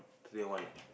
clear one eh